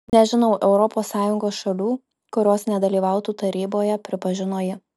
nežinau europos sąjungos šalių kurios nedalyvautų taryboje pripažino ji